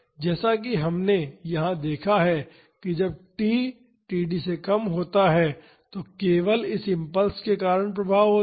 जैसा कि हमने यहाँ देखा है कि जब t td से कम होता है तो केवल इस इम्पल्स के कारण प्रभाव होता है